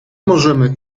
możemy